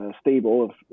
stable